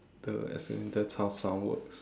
!duh! that's how sound works